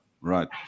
right